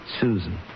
Susan